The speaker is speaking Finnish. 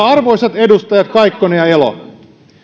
arvoisat edustajat kaikkonen ja elo